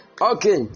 Okay